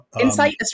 Insight